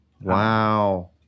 wow